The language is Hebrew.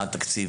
מה התקציב,